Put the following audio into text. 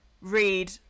read